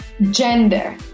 gender